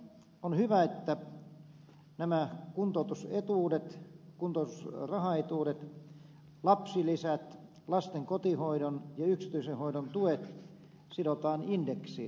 on hyvä että nämä kuntoutusetuudet kuntoutusrahaetuudet lapsilisät lasten kotihoidon ja yksityisen hoidon tuet sidotaan indeksiin